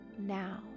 now